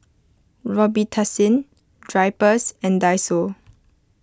Robitussin Drypers and Daiso